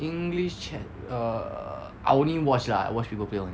english chess err I only watch lah I watch people play only